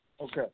Okay